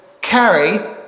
carry